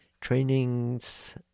trainings